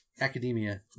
academia